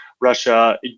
Russia